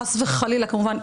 חס וחלילה כמובן,